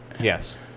yes